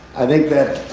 i think that,